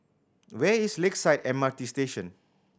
where is Lakeside M R T Station